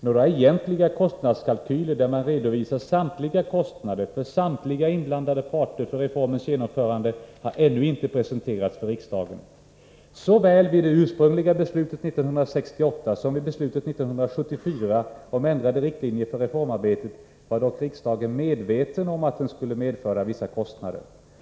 Några egentliga kostnadskalkyler, där man redovisar samtliga kostnader för samtliga inblandade parter för reformens genomförande, har ännu inte presenterats för riksdagen. Såväl vid det ursprungliga beslutet 1968 som vid beslutet 1974 om ändrade riktlinjer för reformarbetet var dock riksdagen medveten om att reformen skulle medföra vissa kostnader.